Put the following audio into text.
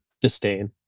Disdain